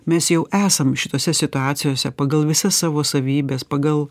mes jau esam šitose situacijose pagal visas savo savybes pagal